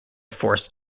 force